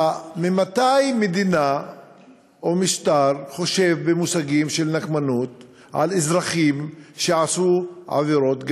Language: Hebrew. ממתי מדינה או משטר חושבים במושגים של נקמנות על אזרחים שעשו עבירות,